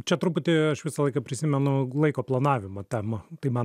čia truputį aš visą laiką prisimenu laiko planavimo temą tai man